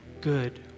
good